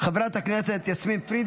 חברת הכנסת מיכל שיר סגמן,